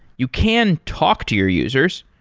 you can talk to your users.